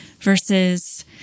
versus